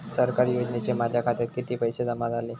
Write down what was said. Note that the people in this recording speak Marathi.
सरकारी योजनेचे माझ्या खात्यात किती पैसे जमा झाले?